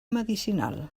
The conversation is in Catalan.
medicinal